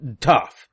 tough